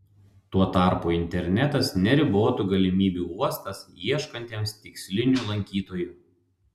tuo tarpu internetas neribotų galimybių uostas ieškantiems tikslinių lankytojų